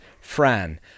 Fran